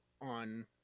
on